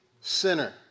sinner